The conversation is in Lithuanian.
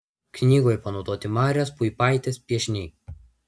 knygoje panaudoti marijos puipaitės piešiniai